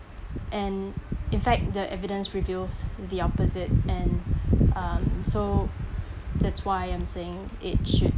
and in fact the evidence reveals the opposite and um so that's why I'm saying it should